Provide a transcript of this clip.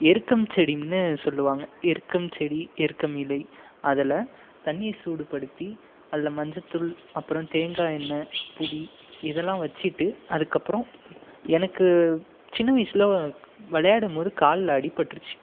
எருக்கம் செடின்னு சொல்லுவாங்க எருக்கம் செடி எருக்கம் இலை அதில் தண்ணீர் சூடுப்படுத்தி அதில் மஞ்ச தூள் அப்புறம் தேங்காய் எண்ணெய் புளி இதலான் வச்சிகிட்டு அதுக்கு அப்புறம் எனக்கு சின்ன வயசில் விளையாடும் மோது காலில் அடிப்பட்டுருச்சு